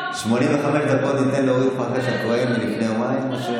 85 דקות ניתן לאורית פרקש הכהן מלפני יומיים או,